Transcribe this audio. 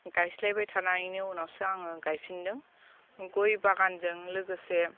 गायस्लायबाय थानायनि उनावसो आङो गायफिनदों गय बागानजों लोगोसे